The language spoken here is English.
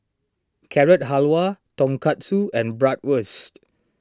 Carrot Halwa Tonkatsu and Bratwurst